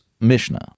Mishnah